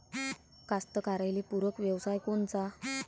कास्तकाराइले पूरक व्यवसाय कोनचा?